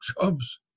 jobs